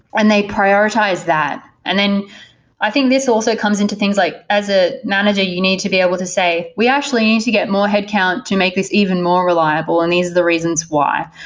and they prioritize that. and then i think this also comes into things like, as a manager, you need to be able to say, we actually need to get more headcount to make this even more reliable, and these are the reasons why,